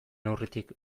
neurritik